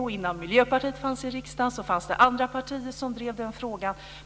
Och innan Miljöpartiet fanns i riksdagen så fanns det andra partier som drev den frågan.